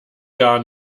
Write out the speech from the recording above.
gar